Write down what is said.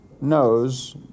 knows